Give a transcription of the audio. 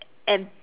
and